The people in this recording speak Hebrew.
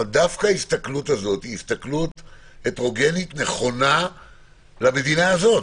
ההסתכלות הזאת היא הטרוגנית ונכונה למדינה הזאת.